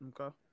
Okay